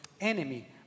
enemy